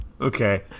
Okay